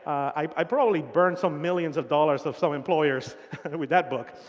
i probably burned some millions of dollars of some employers with that book.